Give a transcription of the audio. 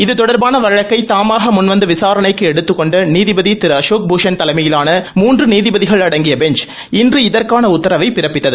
இது தொடர்பாள வழக்கை தாமாக முன்வந்து விசாணைக்கு எடுத்துக்கொண்ட நீதிபதி திரு அசோக் பூஷன் தலைமையிலான மூன்று நீதிபதிகள் அடங்கிய பெஞ்ச் இன்று இதற்கான உத்தரவை பிறப்பித்தது